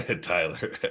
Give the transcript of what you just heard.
Tyler